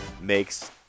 makes